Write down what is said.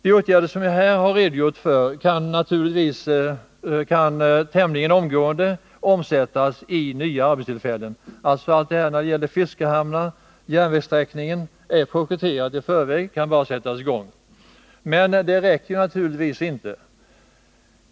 De åtgärder som jag här har redogjort för kan tämligen omgående omsättas i nya arbetstillfällen. Detta med fiskehamnar och järnvägssträckningen är projekterat i förväg och kan bara sättas i gång. Men det räcker naturligtvis inte.